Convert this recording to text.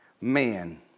man